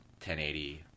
1080